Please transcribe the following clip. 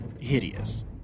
hideous